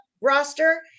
roster